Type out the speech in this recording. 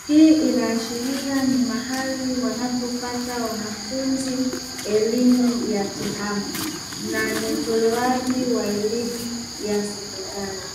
hii inaashiria ni mahali wanapopata wanafunzi elimu ya tehama na ni utolewaji wa elimu ya sekondari.